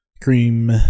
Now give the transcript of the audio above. Cream